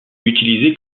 utilisé